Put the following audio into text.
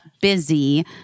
busy